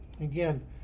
Again